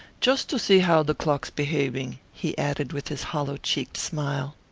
just to see how the clock's behaving, he added with his hollow-cheeked smile.